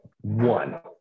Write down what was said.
One